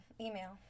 email